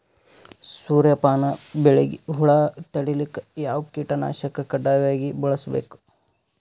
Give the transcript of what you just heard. ಸೂರ್ಯಪಾನ ಬೆಳಿಗ ಹುಳ ತಡಿಲಿಕ ಯಾವ ಕೀಟನಾಶಕ ಕಡ್ಡಾಯವಾಗಿ ಬಳಸಬೇಕು?